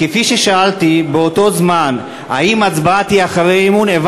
כששאלתי באותו זמן האם ההצבעה תהיה אחרי האי-אמון,